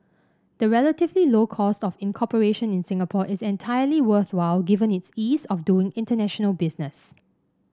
the relatively low cost of incorporation in Singapore is entirely worthwhile given its ease of doing international business